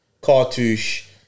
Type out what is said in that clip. Cartouche